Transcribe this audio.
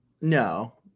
No